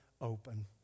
open